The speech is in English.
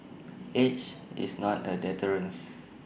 age is not A deterrence